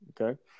Okay